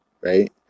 right